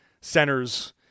centers